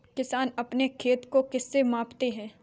किसान अपने खेत को किससे मापते हैं?